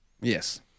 Yes